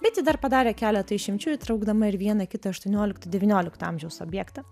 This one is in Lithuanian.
bet ji dar padarė keletą išimčių įtraukdama ir vieną kitą aštuoniolikto devyniolikto amžiaus objektą